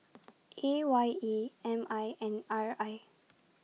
A Y E M I and R I